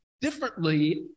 differently